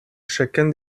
chacun